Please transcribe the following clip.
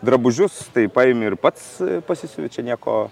drabužius tai paimi ir pats pasisiuvi čia nieko